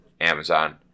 Amazon